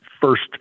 First